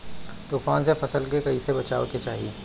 तुफान से फसल के कइसे बचावे के चाहीं?